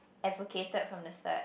advocated from the start